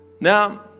Now